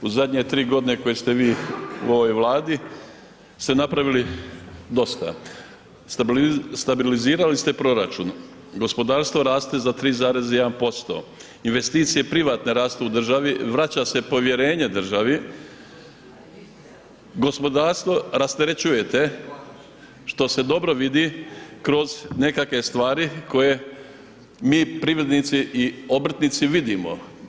U zadnje tri godine koje ste vi u ovoj Vladi ste napravili dosta, stabilizirali ste proračun, gospodarstvo raste za 3,1%, investicije privatne rastu u državi, vraća se povjerenje državi, gospodarstvo rasterećujete što se dobro vidi kroz nekakve stvari koje mi privrednici i obrtnici vidimo.